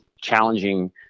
challenging